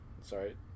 sorry